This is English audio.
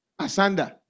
Asanda